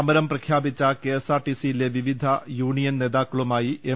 സമരം പ്രഖ്യാപിച്ച കെഎസ്ആർടിസിയിലെ വിവിധ യൂണിയൻ നേതാക്കളുമായി എം